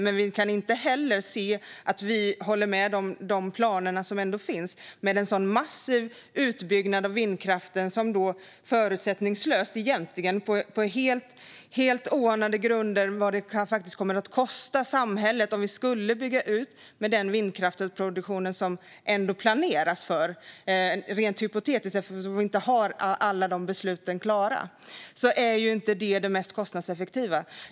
Men vi kan inte heller instämma i de planer som finns på en så massiv och egentligen förutsättningslös utbyggnad av vindkraften. Med tanke på vad det kan komma att kosta samhället att bygga ut den vindkraftsproduktion som det planeras för - rent hypotetiskt, eftersom vi inte har alla besluten klara - är inte detta det mest kostnadseffektiva.